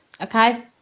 Okay